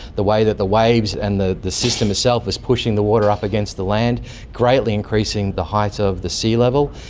the way that the waves and the the system itself is pushing the water up against the land greatly increasing the heights of the sea level.